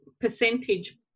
percentage